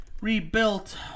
rebuilt